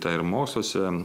tai ir moksluose